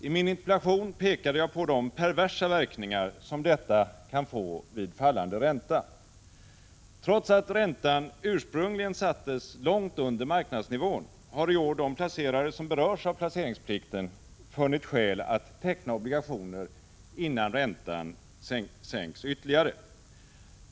I min interpellation pekade jag på de perversa verkningar som detta kan få vid fallande ränta. Trots att räntan ursprungligen sattes långt under marknadsnivån, har i år de placerare som berörs av placeringsplikten funnit skäl att teckna obligationer innan räntan sänks ytterligare.